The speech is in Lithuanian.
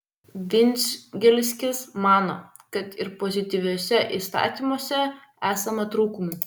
vindžigelskis mano kad ir pozityviuosiuose įstatymuose esama trūkumų